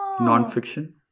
Non-fiction